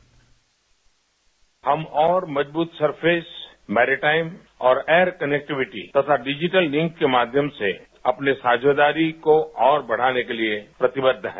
bite हम और मजबूत सर्फेस मैरीटाइन और एयरकनैक्टविटी तथा डिजिटल लिंक के माध्यम से अपनी साझेदारी को और बढ़ाने के लिए प्रतिबद्ध है